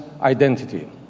identity